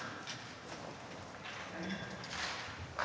Tak